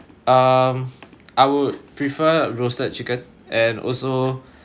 um I would prefer roasted chicken and also